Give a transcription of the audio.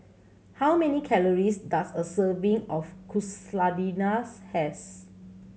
how many calories does a serving of Quesadillas has